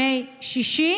אדוני היושב-ראש,